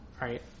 right